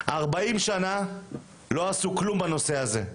40 שנים לא עשו כלום בנושא הזה.